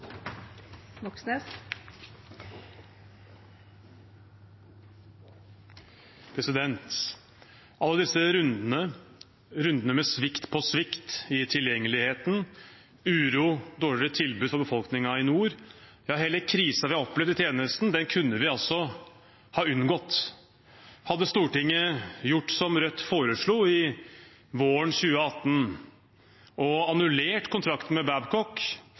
Alle disse rundene med svikt på svikt i tilgjengeligheten, uro, dårligere tilbud til befolkningen i nord, hele krisen vi har opplevd i tjenesten, kunne vi ha unngått. Hadde Stortinget gjort som Rødt foreslo våren 2018, og annullert kontrakten med